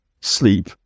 sleep